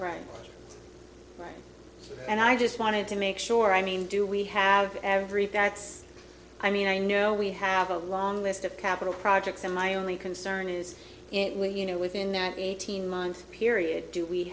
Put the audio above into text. right right and i just wanted to make sure i mean do we have everything that's i mean i know we have a long list of capital projects and my only concern is it will you know within that eighteen month period do we